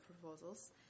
proposals